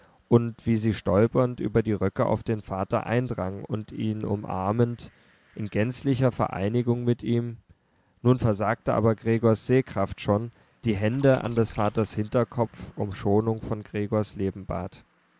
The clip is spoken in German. und wie sie stolpernd über die röcke auf den vater eindrang und ihn umarmend in gänzlicher vereinigung mit ihm nun versagte aber gregors sehkraft schon die hände an des vaters hinterkopf um schonung von gregors leben bat